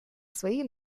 свои